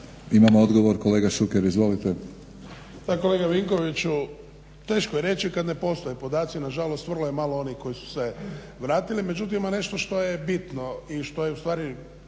Imamo odgovor, kolega Šuker. Izvolite.